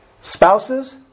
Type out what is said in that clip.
Spouses